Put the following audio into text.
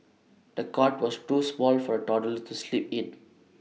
the cot was too small for the toddler to sleep in